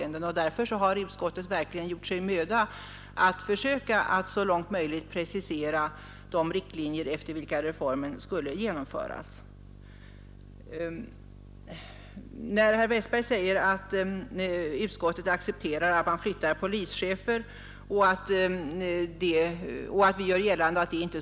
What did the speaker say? Nu har ordföranden satt in detta ord, vilket jag noterar med tillfredsställelse.